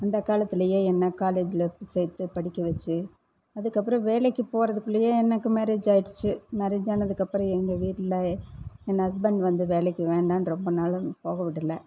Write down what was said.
அந்த காலத்திலயே என்னை காலேஜில் சேர்த்து படிக்க வைச்சு அதுக்கப்புறம் வேலைக்கு போகிறதுக்குள்ளயே எனக்கு மேரேஜ் ஆகிருச்சி மேரேஜ் ஆனதுக்கப்புறம் எங்கள் வீட்டில் என் ஹஸ்பண்ட் வந்து வேலைக்கு வேண்டான்னு ரொம்ப நாள் போக விடலை